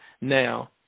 now